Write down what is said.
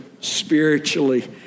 spiritually